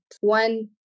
One